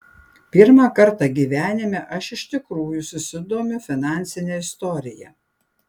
pirmą kartą gyvenime aš iš tikrųjų susidomiu finansine istorija